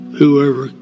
whoever